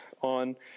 on